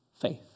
faith